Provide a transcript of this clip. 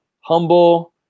humble